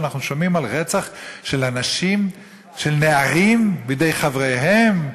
אנחנו שומעים על רצח של נערים בידי חבריהם,